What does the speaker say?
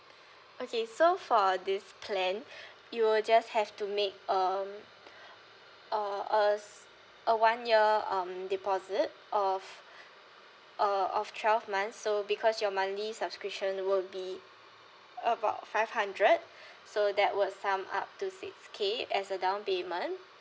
okay so for this plan you will just have to make um uh a s~ a one year um deposit of uh of twelve months so because your monthly subscription will be about five hundred so that would sum up to six K as a down payment